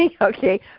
okay